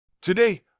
Today